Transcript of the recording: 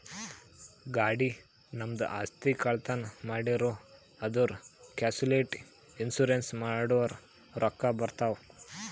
ಗಾಡಿ, ನಮ್ದು ಆಸ್ತಿ, ಕಳ್ತನ್ ಮಾಡಿರೂ ಅಂದುರ್ ಕ್ಯಾಶುಲಿಟಿ ಇನ್ಸೂರೆನ್ಸ್ ಮಾಡುರ್ ರೊಕ್ಕಾ ಬರ್ತಾವ್